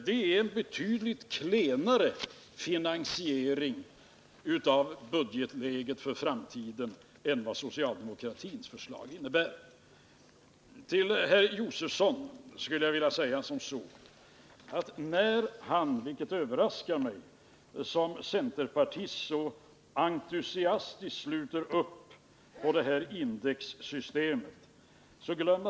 Det är en betydligt klenare finansiering av budgeten för framtiden än vad socialdemokratins förslag innebär. Det överraskar mig att centerpartisten Stig Josefson så entusiastiskt sluter upp bakom indexsystemet.